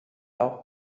auch